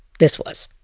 this was.